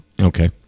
Okay